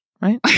Right